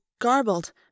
Garbled